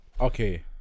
okay